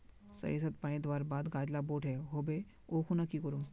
सरिसत पानी दवर बात गाज ला बोट है होबे ओ खुना की करूम?